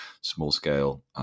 small-scale